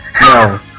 No